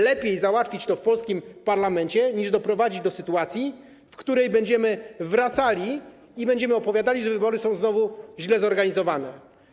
Lepiej załatwić to w polskim parlamencie, niż doprowadzić do sytuacji, w której będziemy wracali i będziemy opowiadali, że wybory są znowu źle zorganizowane.